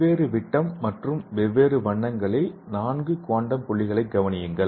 வெவ்வேறு விட்டம் மற்றும் வெவ்வேறு வண்ணங்களின் நான்கு குவாண்டம் புள்ளிகளைக் கவனியுங்கள்